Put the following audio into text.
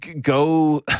go